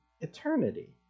eternity